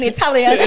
Italian